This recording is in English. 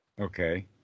Okay